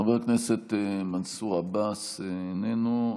חבר הכנסת מנסור עבאס, איננו.